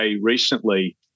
recently